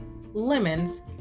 Lemons